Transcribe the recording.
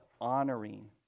honoring